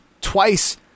twice